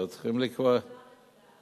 זה צריכים, זאת